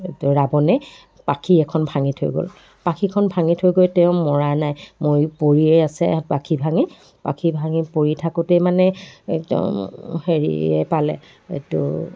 ৰাৱণে পাখি এখন ভাঙি থৈ গ'ল পাখিখন ভাঙি থৈ গৈ তেওঁ মৰা নাই পৰিয়ে আছে পাখি ভাঙি পাখি ভাঙি পৰি থাকোঁতেই মানে এইটো হেৰিয়ে পালে এইটো